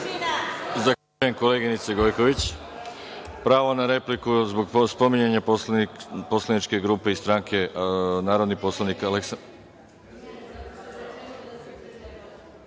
Zahvaljujem, koleginice Gojković. Pravo na repliku zbog spominjanja poslaničke grupe i stranke, narodni poslanik Aleksandra